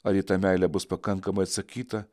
ar į meilę bus pakankamai atsakyta